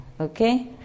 Okay